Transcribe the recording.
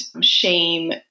shame